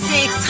Six